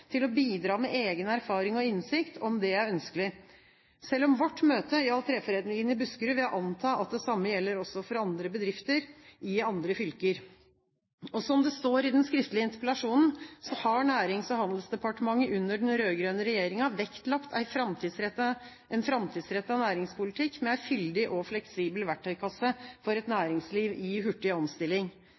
til å bidra med egen erfaring og innsikt, om det er ønskelig. Selv om vårt møte gjaldt treforedlingen i Buskerud, vil jeg anta at det samme også gjelder for andre bedrifter i andre fylker. Som det står i den skriftlige interpellasjonen, har Nærings- og handelsdepartementet under den rød-grønne regjeringen vektlagt en framtidsrettet næringspolitikk med en fyldig og fleksibel verktøykasse for et næringsliv i hurtig omstilling.